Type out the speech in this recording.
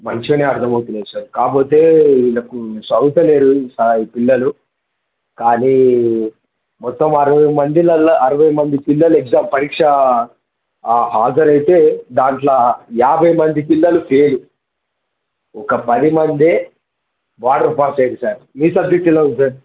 మంచిగానే అర్థమవుతున్నాది సార్ కాకపోతే వీళ్ళకు చదవరు ఈ పిల్లలు కానీ మొత్తం అరవై మందిల్లో అరవై మంది పిల్లలు ఎగ్జామ్ పరీక్ష హాజరు అయితే దాంట్లో యాభై మంది పిల్లలు ఫేలు ఒక పది మందే బాడర్ పాస్ అవుతారు సార్ మీ సబ్జెక్ట్లో ఎలా సార్